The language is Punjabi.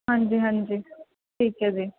ਹਾਂਜੀ ਹਾਂਜੀ ਠੀਕ ਹੈ ਜੀ